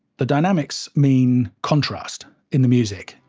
the dynamics mean contrast in the music.